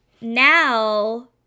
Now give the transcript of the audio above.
now